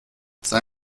sei